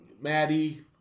Maddie